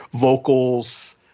vocals